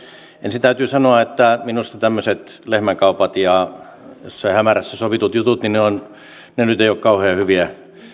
ensin täytyy sanoa että minusta tämmöiset lehmänkaupat ja jossain hämärässä sovitut jutut nyt eivät ole kauhean hyviä